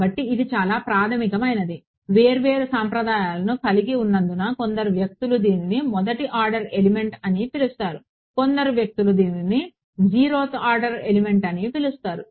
కాబట్టి ఇది చాలా ప్రాథమికమైనది వేర్వేరు సంప్రదాయాలను కలిగి ఉన్నందున కొందరు వ్యక్తులు దీనిని మొదటి ఆర్డర్ ఎలిమెంట్ అని పిలుస్తారు కొందరు వ్యక్తులు దీనిని జీరోత్ ఆర్డర్ ఎలిమెంట్ అని పిలుస్తారు